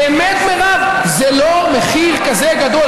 באמת, מרב, זה לא מחיר כזה גדול.